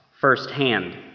firsthand